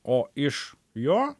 o iš jo